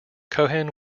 cohen